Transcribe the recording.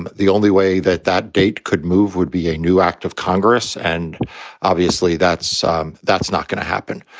but the only way that that date could move would be a new act of congress and obviously, that's um that's not going to happen.